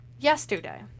Yesterday